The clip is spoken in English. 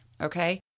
okay